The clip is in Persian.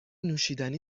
نوشیدنی